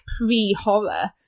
pre-horror